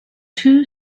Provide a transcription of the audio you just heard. two